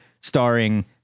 starring